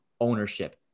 Ownership